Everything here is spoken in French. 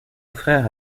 frère